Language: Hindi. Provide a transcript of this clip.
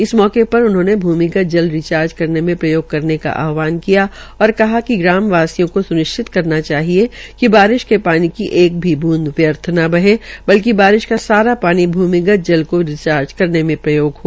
इस मौके पर उन्होंने भूमिगत जल रिचार्ज करने में प्रयोग करने का आहवान किया और कहा ग्राम वासियों को स्निश्चित करना चाहिए बारिश के पानी की एक भी बूंद व्यर्थ ना बहे बल्कि बारिश का सारा पानी भूमिगत जल को रिचार्ज करने में प्रयोग हो